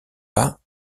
pas